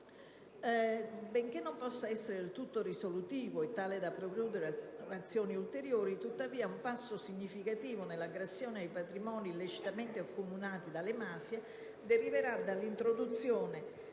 Benché non possa essere del tutto risolutivo e tale da precludere azioni ulteriori, tuttavia un passo significativo nell'aggressione ai patrimoni illecitamente accumulati dalle mafie deriverà dall'introduzione